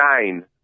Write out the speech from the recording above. nine